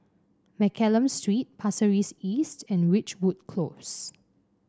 Mccallum Street Pasir Ris East and Ridgewood Close